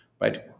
Right